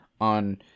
on